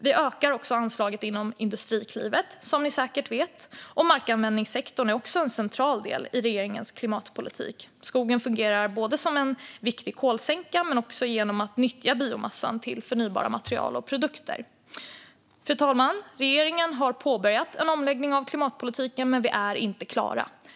Vi ökar också anslaget inom Industriklivet, som ni säkert vet. Markanvändningssektorn är också en central del i regeringens klimatpolitik. Skogen fungerar som en viktig kolsänka och också genom att biomassa kan nyttjas till förnybara material och produkter. Fru talman! Regeringen har påbörjat en omläggning av klimatpolitiken, men vi är inte klara.